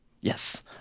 Yes